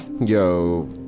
Yo